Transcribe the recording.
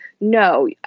no